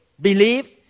believe